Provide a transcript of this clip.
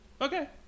Okay